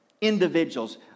individuals